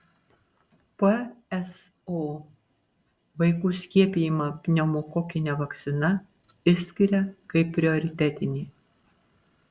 pso vaikų skiepijimą pneumokokine vakcina išskiria kaip prioritetinį